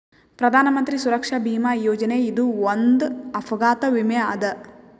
ಪ್ರಧಾನ್ ಮಂತ್ರಿ ಸುರಕ್ಷಾ ಭೀಮಾ ಯೋಜನೆ ಇದು ಒಂದ್ ಅಪಘಾತ ವಿಮೆ ಅದ